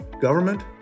government